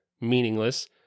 meaningless